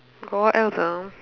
got what else ah